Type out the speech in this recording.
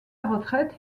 retraite